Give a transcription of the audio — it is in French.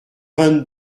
vingt